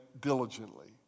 diligently